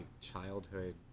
childhood